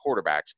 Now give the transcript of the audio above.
quarterbacks